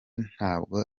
ntabwo